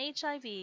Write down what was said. HIV